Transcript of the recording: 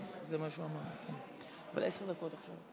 בבקשה, עשר דקות.